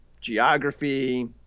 geography